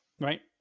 Right